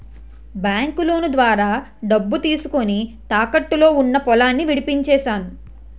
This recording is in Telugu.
బాంకులోను ద్వారా డబ్బు తీసుకొని, తాకట్టులో ఉన్న పొలాన్ని విడిపించేను